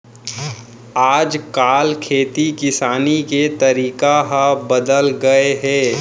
आज काल खेती किसानी के तरीका ह बदल गए हे